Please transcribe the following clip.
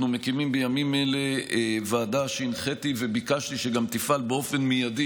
מקימים בימים אלה ועדה שהנחיתי וביקשתי שגם תפעל באופן מיידי,